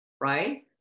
right